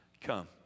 come